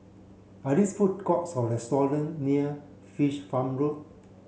are these food courts or restaurant near Fish Farm Road